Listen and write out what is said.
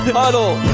huddle